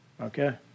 Okay